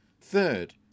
Third